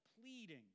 pleading